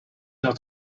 dat